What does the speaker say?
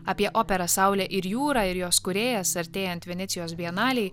apie operą saulė ir jūra ir jos kūrėjas artėjant venecijos bienalėj